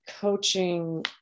coaching